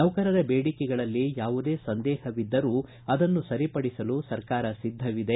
ನೌಕರರ ಬೇಡಿಕೆಗಳಲ್ಲಿ ಯಾವುದೇ ಸಂದೇಹವಿದ್ದರೂ ಅದನ್ನು ಸರಿಪಡಿಸಲು ಸರ್ಕಾರ ಸಿದ್ದವಿದೆ